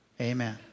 Amen